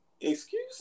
Excuse